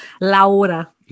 Laura